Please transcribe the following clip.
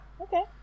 Okay